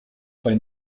bei